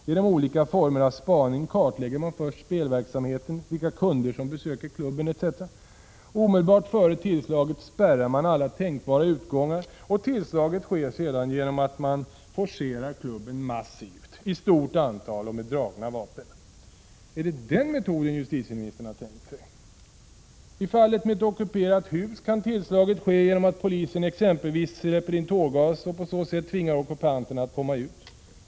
Genom olika former av spaning kartlägger man först spelverksamheten, vilka kunder som besöker klubben etc. Omedelbart före tillslaget spärrar man alla tänkbara utgångar, och tillslaget sker sedan genom att man forcerar klubben massivt — i stort antal och med dragna vapen. Är det den metoden justitieministern har tänkt sig? I fallet med ett ockuperat hus kan tillslaget ske genom att polisen exempelvis släpper in tårgas och på så sätt tvingar ockupanterna att komma ut.